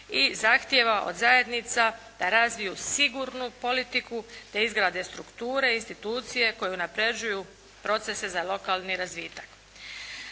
i zahtijeva od zajednica da razviju sigurnu politiku, da izgrade strukture, institucije koje unapređuju procese za lokalni razvitak.